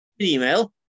Email